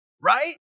right